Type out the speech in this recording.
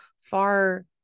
far